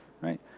right